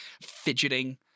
fidgeting